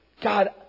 God